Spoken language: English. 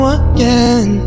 again